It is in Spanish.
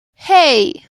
hey